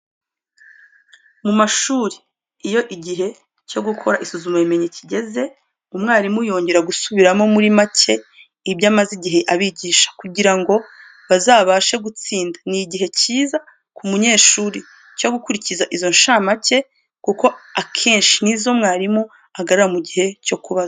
Mu mashuri iyo igihe cyo gukora isuzumabumenyi kigeze, umwarimu yongera gusubiramo muri make ibyo amaze igihe abigisha, kugira ngo bazabashe gutsinda. Ni igihe cyiza ku banyeshuri cyo gukurikira izo nshamake kuko akenshi ni zo mwarimu agarura mu gihe cyo kubazwa.